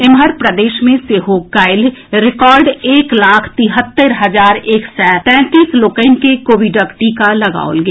एम्हर प्रदेश मे सेहो काल्हि रिकॉर्ड एक लाख तिहत्तरि हजार एक सय तैंतीस लोकनि के कोविडक टीका लगाओल गेल